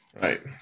Right